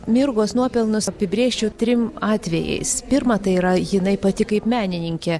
mirgos nuopelnus apibrėžčiau trim atvejais pirma tai yra jinai pati kaip menininkė